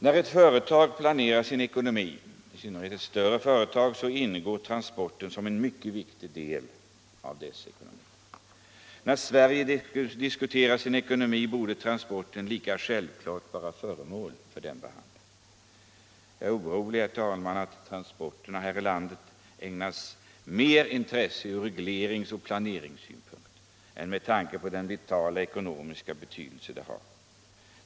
När ett företag planerar sin ekonomi — i synnerhet ett större företag —- ingår transporterna som en mycket viktig del av ekonomin. När Sverige diskuterar sin ekonomi borde transporterna lika självklart vara föremål för behandling. Jag är orolig, herr talman, att transporterna här i landet ägnas mer intresse ur reglerings och planeringssynpunkt än med tanke "på den vitala ekonomiska betydelse de har.